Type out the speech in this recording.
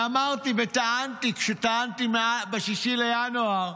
ואמרתי וטענתי ב-6 בינואר: